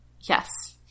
Yes